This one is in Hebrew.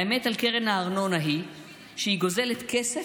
האמת על קרן ארנונה היא שהיא גוזלת כסף